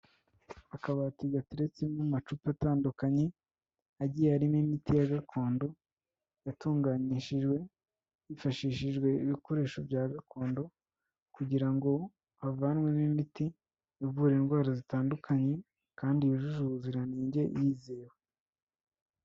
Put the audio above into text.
Akabati gateretsemo amacupa atandukanye, agiye arimo imiti ya gakondo, yatunganishijwe hifashishijwe ibikoresho bya gakondo, kugira ngo havanwemo imiti ivura indwara zitandukanye kandi yujuje ubuziranenge yizewe.